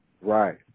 Right